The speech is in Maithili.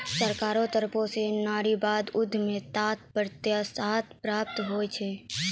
सरकारो तरफो स नारीवादी उद्यमिताक प्रोत्साहन प्राप्त होय छै